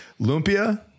lumpia